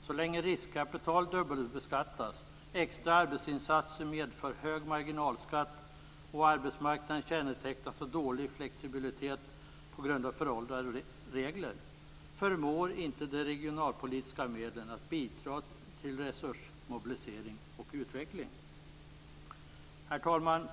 Så länge riskkapital dubbelbeskattas, extra arbetsinsatser medför hög marginalskatt och arbetsmarknaden kännetecknas av dålig flexibilitet på grund av föråldrade regler förmår inte de regionalpolitiska medlen bidra till resursmobilisering och utveckling. Herr talman!